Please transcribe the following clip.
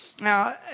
Now